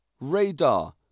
Radar